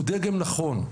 הוא דגם נכון.